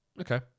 Okay